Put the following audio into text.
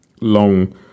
Long